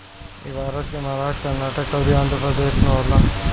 इ भारत के महाराष्ट्र, कर्नाटक अउरी आँध्रप्रदेश में होला